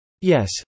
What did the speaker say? Yes